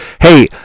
Hey